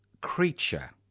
creature